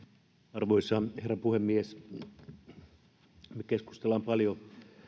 arvoisa herra puhemies me keskustelemme paljon